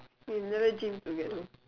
we've never gymmed together